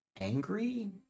angry